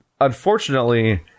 unfortunately